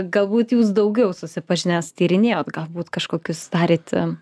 galbūt jūs daugiau susipažinęs tyrinėjot galbūt kažkokius darėt